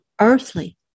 earthly